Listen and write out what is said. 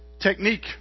technique